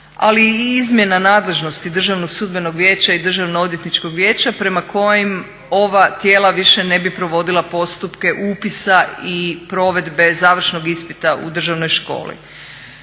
ali i izmjena nadležnosti Državnog sudbenog vijeća i Državnog odvjetničkog vijeća prema kojim ova tijela više ne bi provodila postupke upisa i provedbe završnog ispita u državnoj školi.